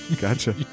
Gotcha